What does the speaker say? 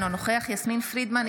אינו נוכח יסמין פרידמן,